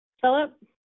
Philip